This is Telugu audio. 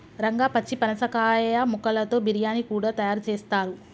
రంగా పచ్చి పనసకాయ ముక్కలతో బిర్యానీ కూడా తయారు చేస్తారు